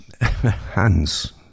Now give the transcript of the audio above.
hands